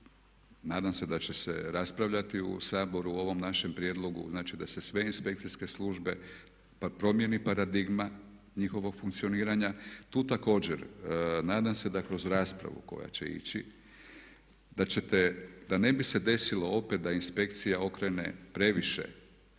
nadam se da će raspravljati u Saboru o ovom našem prijedlogu, znači da se sve inspekcijske službe promjeni paradigma, njihovog funkcioniranja. Tu također nadam se da kroz raspravu koja će ići da ćete da ne bi se desilo opet da inspekcija okrene previše